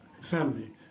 family